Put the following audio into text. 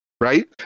right